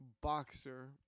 boxer